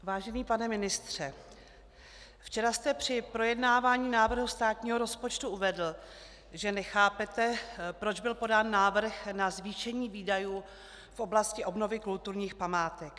Vážený pane ministře, včera jste při projednávání návrhu státního rozpočtu uvedl, že nechápete, proč byl podán návrh na zvýšení výdajů v oblasti obnovy kulturních památek.